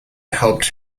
helped